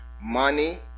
money